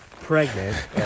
pregnant